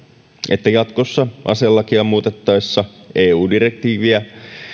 että jatkossa aselakia muutettaessa eu direktiiviä